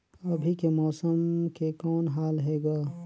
अभी के मौसम के कौन हाल हे ग?